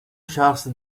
charles